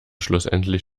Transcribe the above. schlussendlich